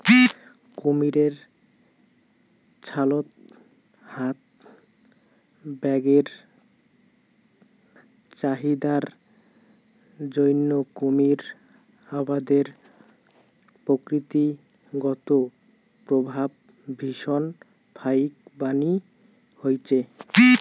কুমীরের ছালত হাত ব্যাগের চাহিদার জইন্যে কুমীর আবাদের প্রকৃতিগত প্রভাব ভীষণ ফাইকবানী হইচে